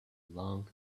long